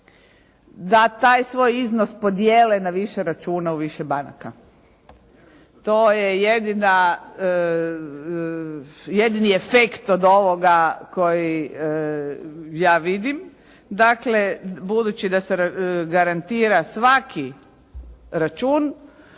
da taj svoj iznos podjele na više računa u više banaka. To je jedini efekt od ovoga koji ja vidim, dakle budući da se garantira svaki račun